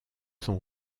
sont